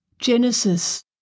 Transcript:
Genesis